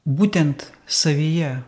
būtent savyje